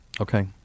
okay